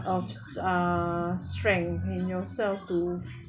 of uh strength in yourself to